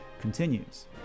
continues